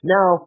Now